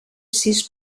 sis